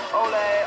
ole